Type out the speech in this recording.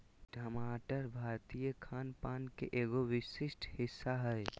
टमाटर भारतीय खान पान के एगो विशिष्ट हिस्सा हय